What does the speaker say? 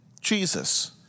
Jesus